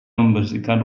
membersihkan